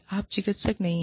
आप चिकित्सक नहीं हैं